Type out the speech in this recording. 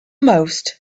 most